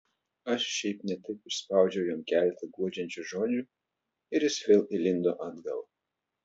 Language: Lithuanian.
aš šiaip ne taip išspaudžiau jam keletą guodžiančių žodžių ir jis vėl įlindo atgal